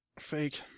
Fake